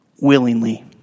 Willingly